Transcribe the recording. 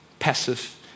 passive